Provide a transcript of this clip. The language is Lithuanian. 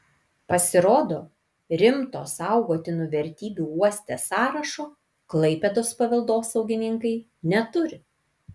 pasirodo rimto saugotinų vertybių uoste sąrašo klaipėdos paveldosaugininkai neturi